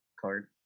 card